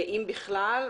אם בכלל,